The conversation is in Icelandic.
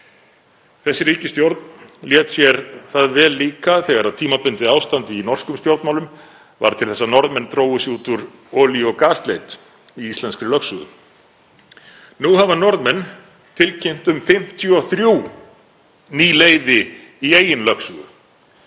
Þessi ríkisstjórn lét sér það vel líka þegar tímabundið ástand í norskum stjórnmálum varð til þess að Norðmenn drógu sig út úr olíu- og gasleit í íslenskri lögsögu. Nú hafa Norðmenn tilkynnt um 53 ný leyfi í eigin lögsögu.